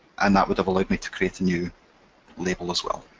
and that would have allowed me to create a new label as well.